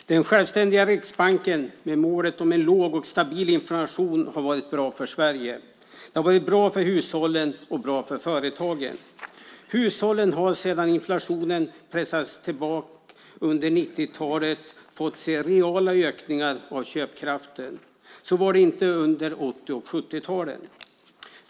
Herr talman! Den självständiga Riksbanken med målet om en låg och stabil inflation har varit bra för Sverige. Det har varit bra för hushållen och bra för företagen. Hushållen har sedan inflationen pressades tillbaka under 90-talet fått se reala ökningar av köpkraften. Så var det inte under 80 och 70-talen.